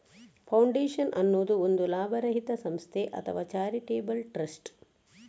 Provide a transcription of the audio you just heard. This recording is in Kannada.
ಫೌಂಡೇಶನ್ ಅನ್ನುದು ಒಂದು ಲಾಭರಹಿತ ಸಂಸ್ಥೆ ಅಥವಾ ಚಾರಿಟೇಬಲ್ ಟ್ರಸ್ಟ್